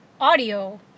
audio